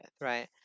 right